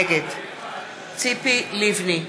נגד ציפי לבני,